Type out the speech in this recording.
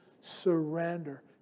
surrender